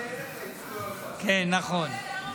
בצבא, לא בעבודה.